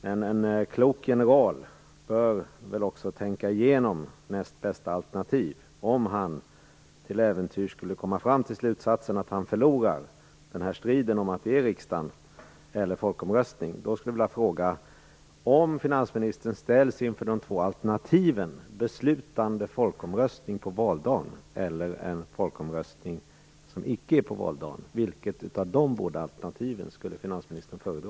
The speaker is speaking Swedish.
Men en klok general bör väl också tänka igenom näst bästa alternativ. Skulle finansministern till äventyrs komma fram till slutsatsen att han förlorar striden om riksdagsbeslut eller folkomröstning, så vill jag ställa en fråga: Om finansministern ställs inför de två alternativen beslutande folkomröstning på valdagen eller folkomröstning som inte är på valdagen - vilket av de båda alternativen skulle finansministern då föredra?